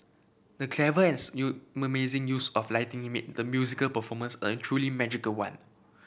the clever and use of lighting made the musical performance a truly magical one